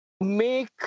make